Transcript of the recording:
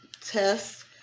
test